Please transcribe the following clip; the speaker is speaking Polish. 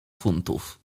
funtów